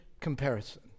comparison